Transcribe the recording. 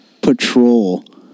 patrol